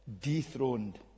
dethroned